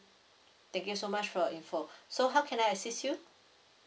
thank you so much for your info so how can I assist you